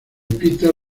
peter